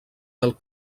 del